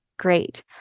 great